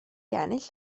ennill